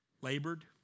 labored